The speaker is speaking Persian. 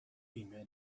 بیمه